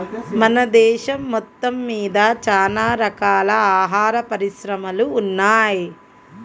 మన దేశం మొత్తమ్మీద చానా రకాల ఆహార పరిశ్రమలు ఉన్నయ్